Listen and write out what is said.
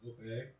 Okay